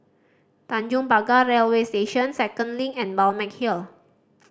Tanjong Pagar Railway Station Second Link and Balmeg Hill